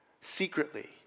secretly